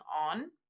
on